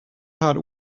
heart